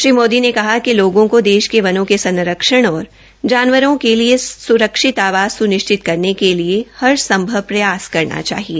श्री मोदी ने कहा कि लोगों को देश के बनों के सरक्षण और जानवरों के लिए सुरक्षित आवास स्निश्चित करने के लिए हर संभव प्रयास करना चाहिए